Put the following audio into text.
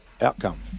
outcome